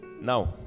Now